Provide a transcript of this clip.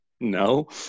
No